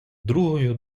другою